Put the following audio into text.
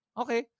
okay